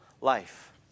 life